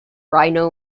rhino